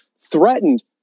threatened